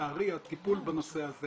לצערי הטיפול בנושא הזה